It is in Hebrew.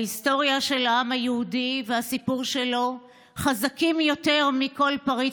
ההיסטוריה של העם היהודי והסיפור שלו חזקים יותר מכל פריט